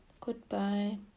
Goodbye